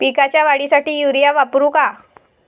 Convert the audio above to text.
पिकाच्या वाढीसाठी युरिया वापरू का?